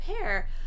pair